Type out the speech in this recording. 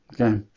Okay